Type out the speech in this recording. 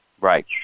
Right